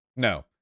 No